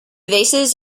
vases